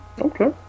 Okay